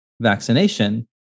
vaccination